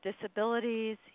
disabilities